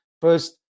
First